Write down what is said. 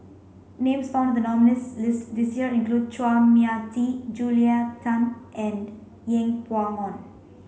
names found the nominees' list this year include Chua Mia Tee Julia Tan and Yeng Pway Ngon